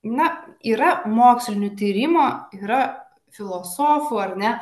na yra mokslinių tyrimų yra filosofų ar ne